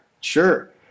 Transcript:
sure